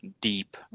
deep